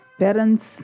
parents